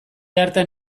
hartan